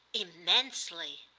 immensely.